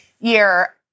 year